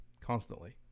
constantly